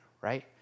right